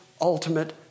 ultimate